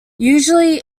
usually